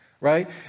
right